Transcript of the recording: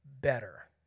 better